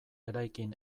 eraikin